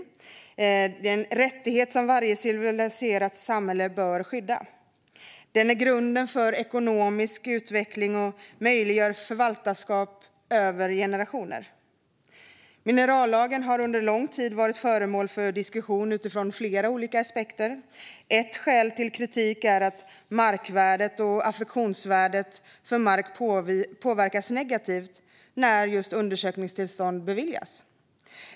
Det är en rättighet som varje civiliserat samhälle bör skydda. Den är grunden för ekonomisk utveckling och möjliggör förvaltarskap över generationer. Minerallagen har under lång tid varit föremål för diskussion utifrån flera olika aspekter. Ett skäl till kritik är att markvärdet och affektionsvärdet för mark påverkas negativt när undersökningstillstånd beviljas.